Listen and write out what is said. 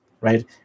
right